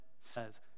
says